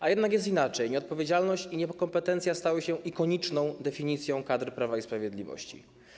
A jednak jest inaczej - nieodpowiedzialność i niekompetencja stały się ikoniczną definicją kadr Prawa i Sprawiedliwości.